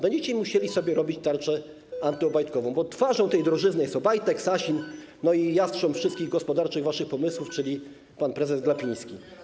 Będziecie musieli sobie robić tarczę antyobajtkową, bo twarzą tej drożyzny jest Obajtek, Sasin, no i jastrząb wszystkich waszych gospodarczych pomysłów, czyli pan prezes Glapiński.